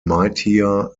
mightier